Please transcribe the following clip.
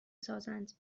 سازند